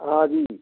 हाँ जी